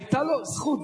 היתה לו הזכות,